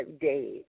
days